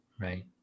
Right